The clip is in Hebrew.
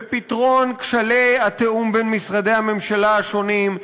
בפתרון כשלי התיאום בין משרדי הממשלה השונים,